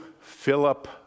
Philip